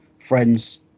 friends